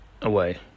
away